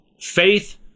faith